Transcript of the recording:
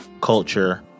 culture